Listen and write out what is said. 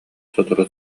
сотору